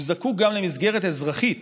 הוא זקוק גם למסגרת אזרחית